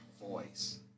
voice